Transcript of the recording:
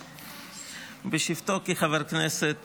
בשבתו כחבר כנסת